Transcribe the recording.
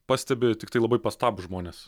pastebi tiktai labai pastabūs žmonės